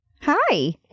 hi